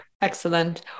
Excellent